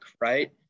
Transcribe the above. right